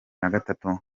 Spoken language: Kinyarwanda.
nakabiri